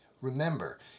Remember